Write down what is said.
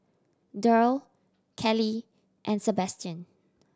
Derl Callie and Sabastian